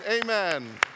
amen